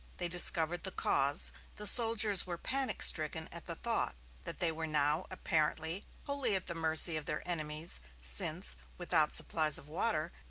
they discovered the cause the soldiers were panic-stricken at the thought that they were now apparently wholly at the mercy of their enemies, since, without supplies of water,